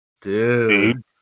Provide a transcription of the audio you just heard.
Dude